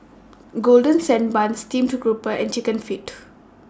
Golden Sand Bun Steamed Grouper and Chicken Feet